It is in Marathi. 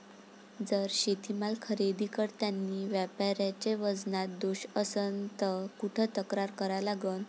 जर शेतीमाल खरेदी करतांनी व्यापाऱ्याच्या वजनात दोष असन त कुठ तक्रार करा लागन?